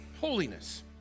holiness